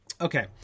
Okay